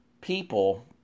people